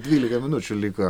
dvylika minučių liko